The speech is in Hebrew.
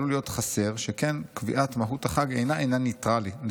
עלול להיות חסר שכן קביעת מהות החג אינה עניין ניטרלי.